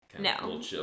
No